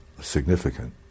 significant